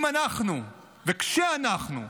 אם אנחנו, וכשאנחנו,